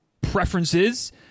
preferences